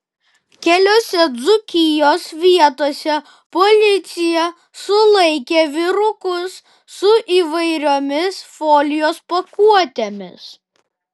keliose dzūkijos vietose policija sulaikė vyrukus su įvairiomis folijos pakuotėmis